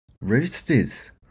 Roosters